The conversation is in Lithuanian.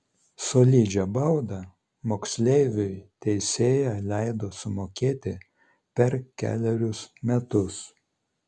solidžią baudą moksleiviui teisėja leido sumokėti per kelerius metus